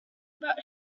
about